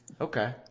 Okay